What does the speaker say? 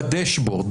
בדשבורד,